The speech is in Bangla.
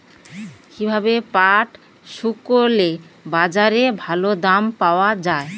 কীভাবে পাট শুকোলে বাজারে ভালো দাম পাওয়া য়ায়?